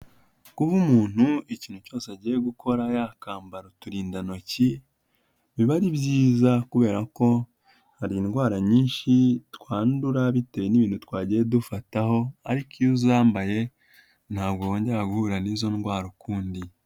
Kuba umuntu ikintu cyose agiye gukora yakambara uturindantoki biba ari byiza kubera ko hari indwara nyinshi twandura bitewe n'ibintu twagiye dufataho ariko iyo uzambaye ntabwo wongera guhura n'izo ndwara ukundi.